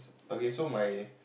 okay so my